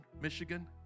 Michigan